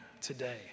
today